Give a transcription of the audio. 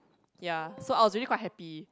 ya so I was already quite happy